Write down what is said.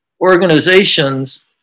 organizations